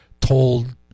told